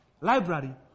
library